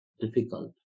difficult